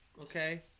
okay